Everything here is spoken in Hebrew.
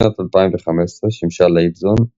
משנת 2015 שימשה לייבזון,